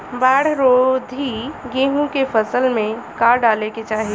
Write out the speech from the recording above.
बाढ़ रोधी गेहूँ के फसल में का डाले के चाही?